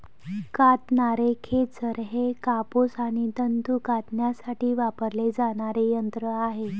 कातणारे खेचर हे कापूस आणि तंतू कातण्यासाठी वापरले जाणारे यंत्र आहे